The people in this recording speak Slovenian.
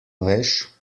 veš